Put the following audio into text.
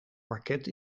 parket